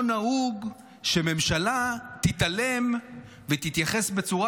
לא נהוג שממשלה תתעלם ותתייחס בצורה